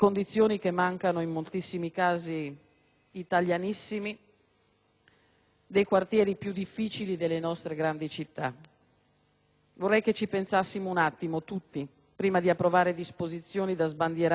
dei quartieri più difficili delle nostre grandi città. Vorrei che ci pensassimo un attimo, tutti, prima di approvare disposizioni da sbandierare come baluardi delle nostre private sicurezze